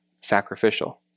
sacrificial